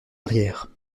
arrière